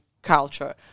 culture